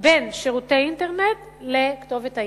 בין שירותי אינטרנט לכתובת האימייל.